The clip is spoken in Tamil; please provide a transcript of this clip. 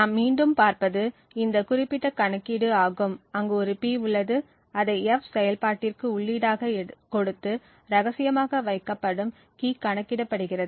நாம் மீண்டும் பார்ப்பது இந்த குறிப்பிட்ட கணக்கீடு ஆகும் அங்கு ஒரு P உள்ளது அதை F செயல் பாட்டிற்கு உள்ளீடாக கொடுத்து ரகசியமாக வைக்கப்படும் கீ கணக்கிடப்படுகிறது